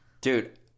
Dude